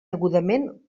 degudament